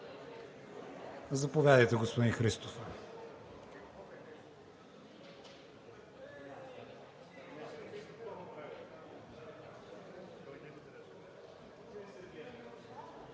Заповядайте, господин Христов.